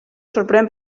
sorprèn